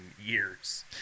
years